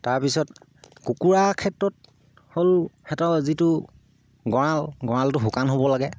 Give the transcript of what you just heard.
তাৰপিছত কুকুৰাৰ ক্ষেত্ৰত হ'ল সিহঁতৰ যিটো গঁৰাল গঁৰালটো শুকান হ'ব লাগে